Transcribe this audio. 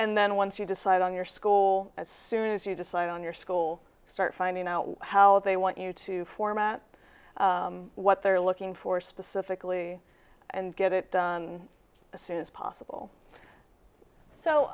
and then once you decide on your school as soon as you decide on your school start finding out how they want you to format what they're looking for specifically and get it as soon as possible so